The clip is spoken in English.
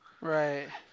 right